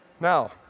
Now